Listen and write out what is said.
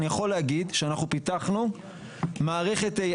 אני יכול להגיד שאנחנו פיתחנו מערכת AI